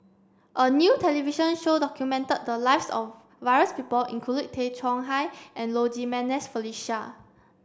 a new television show documented the lives of various people including Tay Chong Hai and Low Jimenez Felicia